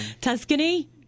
Tuscany